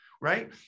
right